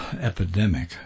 epidemic